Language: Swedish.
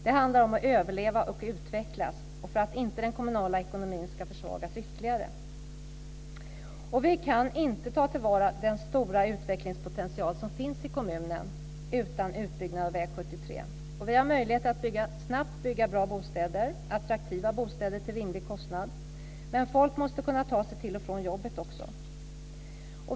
Det handlar om att överleva och utvecklas för att den kommunala ekonomin inte ska försvagas ytterligare. Vi kan inte ta till vara den stora utvecklingspotential som finns i kommunen utan en utbyggnad av väg 73. Vi har möjlighet att snabbt bygga bra och attraktiva bostäder till rimlig kostnad, men folk måste ju kunna ta sig till och från jobbet.